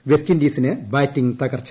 വെസ്റ്റൻഡീസിന് batting തകർച്ച